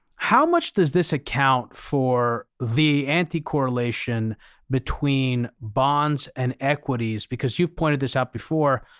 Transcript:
how much does this account for the anti-correlation between bonds and equities? because you've pointed this out before,